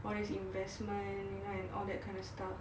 all these investment and all that kind of stuff